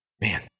Man